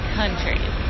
countries